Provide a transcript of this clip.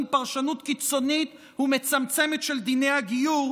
פרשנות קיצונית ומצמצמת של דיני הגיור,